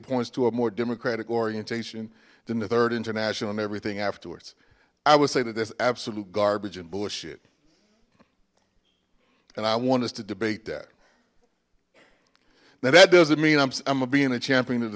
points to a more democratic orientation than the third international and everything afterwards i would say that there's absolute garbage and bullshit and i want us to debate that now that doesn't mean i'm a being a champion of the